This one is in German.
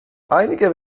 einige